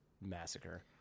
massacre